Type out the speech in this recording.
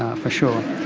ah for sure.